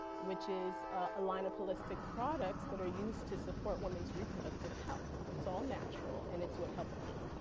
which is a line of holistic products that are used to support women's reproductive health. it's all natural and it's what helped me.